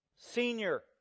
senior